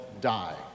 die